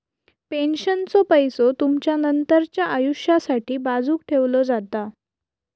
पेन्शनचो पैसो तुमचा नंतरच्या आयुष्यासाठी बाजूक ठेवलो जाता